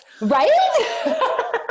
Right